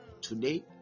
today